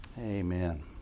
Amen